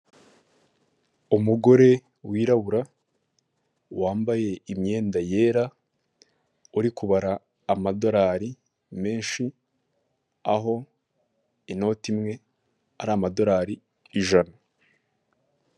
Umugore wirabura wambaye imyenda yera uri kubara amadorari menshi aho inoti imwe ari amadorari ijana.